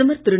பிரதமர் திரு